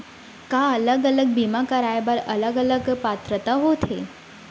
का अलग अलग बीमा कराय बर अलग अलग पात्रता होथे?